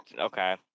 Okay